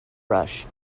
rush